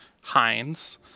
Heinz